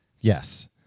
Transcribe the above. Yes